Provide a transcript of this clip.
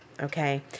Okay